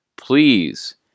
please